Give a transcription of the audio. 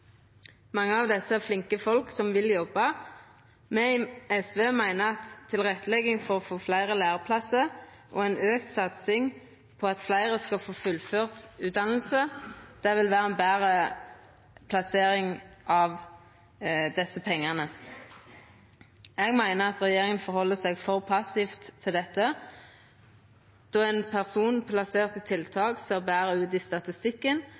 Mange av desse er flinke folk som vil jobba. Me i SV meiner at tilrettelegging for å få fleire læreplassar og ei større satsing slik at fleire skal få fullført utdanninga, vil vera ei betre plassering av pengane. Eg meiner at regjeringa taklar dette for passivt, då ein person plassert i tiltak ser betre ut på statistikken,